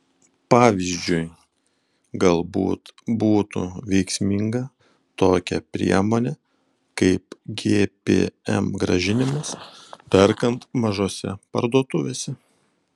pavyzdžiui galbūt būtų veiksminga tokia priemonė kaip gpm grąžinimas perkant mažose parduotuvėse